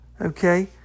Okay